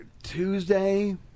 Tuesday